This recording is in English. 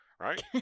Right